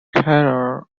keller